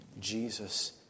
Jesus